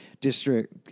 District